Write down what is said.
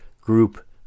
group